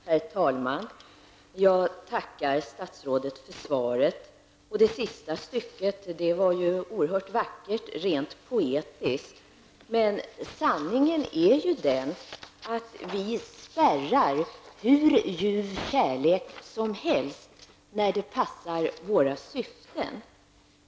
Herr talman! Jag tackar statsrådet för svaret. Det sista stycket var ju oerhört vackert, rent poetiskt. Men sanningen är den att vi sätter upp spärrar för hur ljuv kärlek som helst när det passar våra syften.